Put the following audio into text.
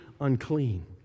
unclean